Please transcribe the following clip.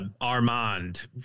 Armand